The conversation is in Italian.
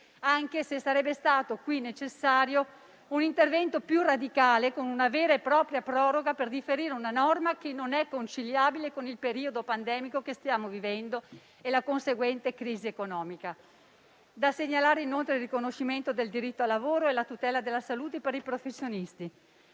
anche se sarebbe stato qui necessario un intervento più radicale con una vera e propria proroga per differire una norma che non è conciliabile con il periodo pandemico che stiamo vivendo e la conseguente crisi economica. Da segnalare inoltre sono il riconoscimento del diritto al lavoro e la tutela della salute per i professionisti.